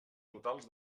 totals